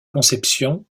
conception